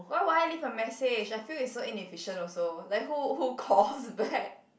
why would I leave a message I feel it's so inefficient also like who who calls back